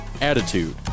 Attitude